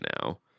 now